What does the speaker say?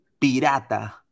Pirata